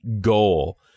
goal